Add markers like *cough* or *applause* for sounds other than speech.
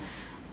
*breath*